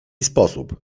sposób